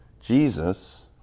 Jesus